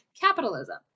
capitalism